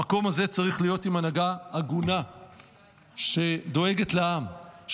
המקום הזה צריך להיות עם הנהגה הגונה שדואגת לעם,